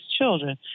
children